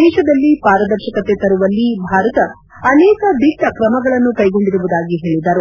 ದೇಶದಲ್ಲಿ ಪಾರದರ್ಶಕತೆ ತರುವಲ್ಲಿ ಭಾರತ ಅನೇಕ ದಿಟ್ಟ ಕ್ರಮಗಳನ್ನು ಕೈಗೊಂಡಿರುವುದಾಗಿ ಹೇಳದರು